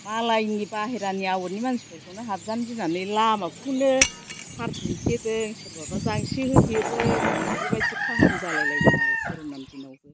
मालायनि बाहेरानि आउटनि मानसिफोरखौनो हाबजानो गिनानै लामाखौनो फांथेदों सोरबाबा जांसि होथेदों बेबायदि खाहानि जालायलायदों आरो कर'नानि दिनाव